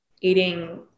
eating